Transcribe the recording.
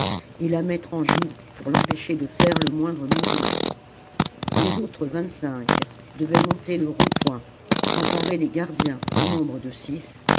et la mettre en joue pour l'empêcher de faire le moindre mouvement les autres vingt-cinq devaient monter le rond-point s'emparer des gardiens au nombre de six